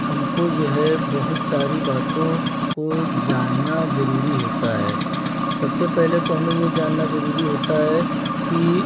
हमको जो है बहुत सारी बातों को जानना ज़रूरी होता है सबसे पहले तो हमें ये जानना ज़रूरी होता है कि